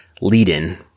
lead-in